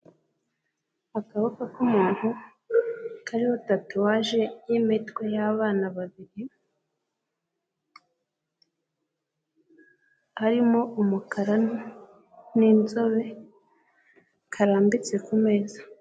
Akaboko k'umuntu kariho tatuwaje y'imitwe y'abana babiri, harimo umukara n'inzobe karambitse ku meza.